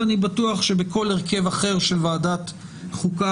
ואני בטוח שבכל הרכב אחר של ועדת חוקה